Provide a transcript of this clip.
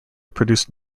produced